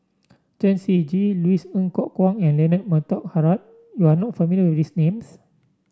Chen Shiji Louis Ng Kok Kwang and Leonard Montague Harrod you are not familiar with these names